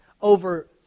over